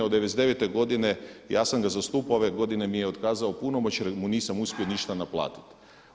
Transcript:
Od 1999. godine, ja sam ga zastupao, ove godine mi je otkazao punomoć jer mu nisam uspio ništa naplatiti.